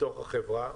בתוך החברה,